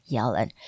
Yellen